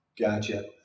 Gotcha